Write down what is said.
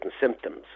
symptoms